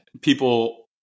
people